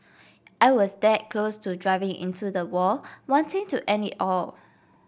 I was that close to driving into the wall wanting to end it all